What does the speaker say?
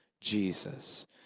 Jesus